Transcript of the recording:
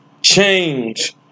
change